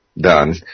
Done